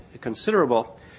considerable